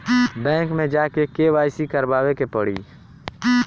Bank मे जा के के.वाइ.सी करबाबे के पड़ी?